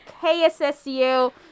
KSSU